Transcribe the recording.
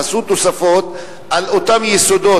עשו תוספות על אותם יסודות,